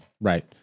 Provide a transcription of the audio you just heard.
right